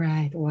Right